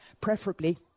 preferably